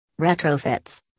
Retrofits